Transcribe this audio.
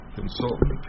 consultant